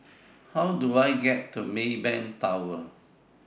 How Do I get to Maybank Tower